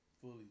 fully